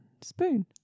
spoon